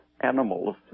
animals